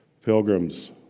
Pilgrims